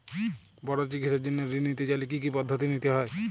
বড় চিকিৎসার জন্য ঋণ নিতে চাইলে কী কী পদ্ধতি নিতে হয়?